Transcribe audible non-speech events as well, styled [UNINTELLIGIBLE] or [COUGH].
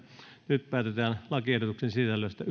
nyt päätetään lakiehdotuksen sisällöstä [UNINTELLIGIBLE]